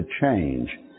change